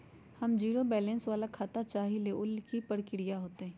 हम zero balance वाला खाता चाहइले वो लेल की की प्रक्रिया होतई?